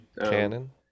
canon